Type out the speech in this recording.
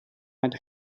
and